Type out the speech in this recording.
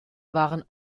waren